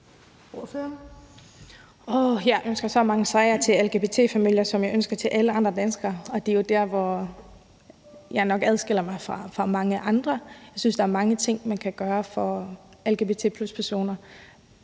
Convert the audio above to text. Jeg ønsker lige så mange sejre for lgbt-familier, som jeg ønsker for alle andre danskere, og det er jo der, hvor jeg nok adskiller mig fra mange andre. Jeg synes, der er mange ting, man kan gøre for lgbt+-personer.